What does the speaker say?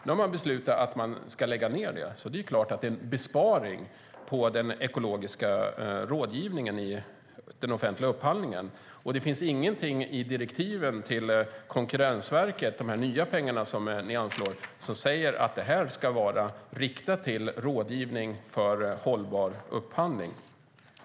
Nu har man beslutat att det ska läggas ned, och det är klart att det är en besparing på den ekologiska rådgivningen i den offentliga upphandlingen. Vad gäller de nya pengar som ni anslår till Konkurrensverket finns det ingenting i direktiven som säger att de ska riktas till rådgivning för hållbar upphandling.